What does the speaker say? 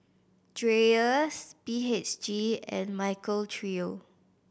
Dreyers B H G and Michael Trio